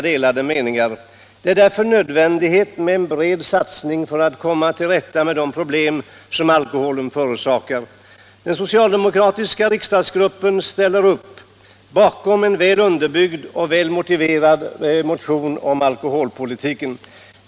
Det är därför nödvändigt med en bred satsning för att komma till rätta med de problem som alkoholen förorsakar. Den socialdemokratiska riksdagsgruppen ställer upp bakom en väl underbyggd och väl motiverad motion om alkoholpolitiken.